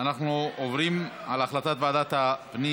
אנחנו עוברים להצבעה על החלטת ועדת הפנים